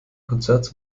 konzerts